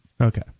Okay